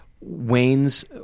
Wayne's